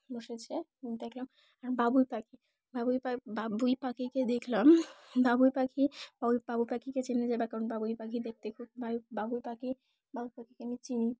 বসেছে দেখলাম আর বাবুই পাখি বাবুই পা বাবুই পাখিকে দেখলাম বাবুই পাখি বাবই বাবু পাখিকে চেনে যাবে কারণ বাবুই পাখি দেখতে খুব বাবুই পাখি বাবু পাখিকে আমি চিনি